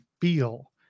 feel